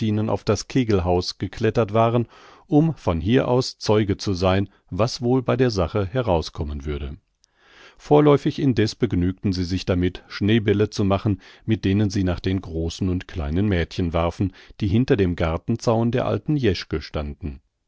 auf das kegelhaus geklettert waren um von hier aus zeuge zu sein was wohl bei der sache herauskommen würde vorläufig indeß begnügten sie sich damit schneebälle zu machen mit denen sie nach den großen und kleinen mädchen warfen die hinter dem gartenzaun der alten jeschke